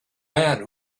man